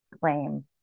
claim